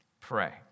Pray